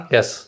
Yes